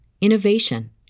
innovation